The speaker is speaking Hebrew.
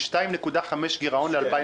2.5% גירעון ל-2020?